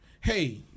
Hey